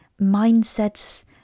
mindsets